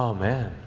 um man,